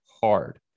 hard